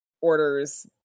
orders